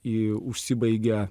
į užsibaigia